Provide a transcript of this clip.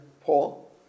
Paul